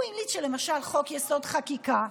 הוא המליץ שלמשל חוק-יסוד: חקיקה,